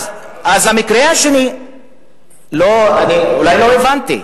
אז המקרה השני, לא, אולי לא הבנתי.